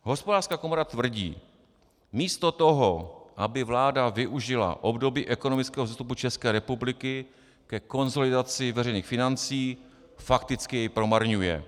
Hospodářská komora tvrdí: Místo toho, aby vláda využila období ekonomického vzestupu České republiky ke konsolidaci veřejných financí, fakticky ho promarňuje.